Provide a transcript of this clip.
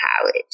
college